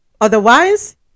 Otherwise